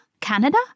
Canada